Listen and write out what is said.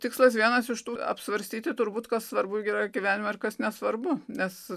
tikslas vienas iš tų apsvarstyti turbūt kas svarbu yra gyvenime ir kas nesvarbu nes